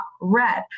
red